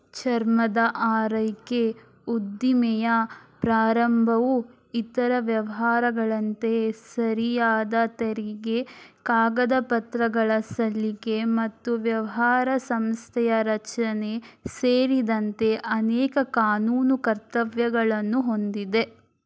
ಚರ್ಮದ ಆರೈಕೆ ಉದ್ದಿಮೆಯ ಪ್ರಾರಂಭವೂ ಇತರ ವ್ಯವಹಾರಗಳಂತೆ ಸರಿಯಾದ ತೆರಿಗೆ ಕಾಗದಪತ್ರಗಳ ಸಲ್ಲಿಕೆ ಮತ್ತು ವ್ಯವಹಾರ ಸಂಸ್ಥೆಯ ರಚನೆ ಸೇರಿದಂತೆ ಅನೇಕ ಕಾನೂನು ಕರ್ತವ್ಯಗಳನ್ನು ಹೊಂದಿದೆ